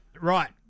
Right